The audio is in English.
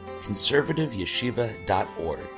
conservativeyeshiva.org